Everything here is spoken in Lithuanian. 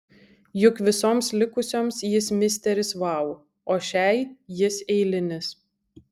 juk visoms likusioms jis misteris vau o šiai jis eilinis